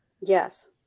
Yes